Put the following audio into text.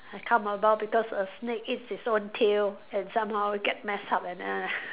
I come about because a snake eats its own tail and somehow get messed up and then I